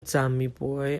camipuai